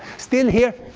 still here,